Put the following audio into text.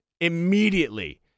immediately